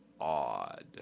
odd